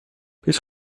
هیچ